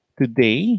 today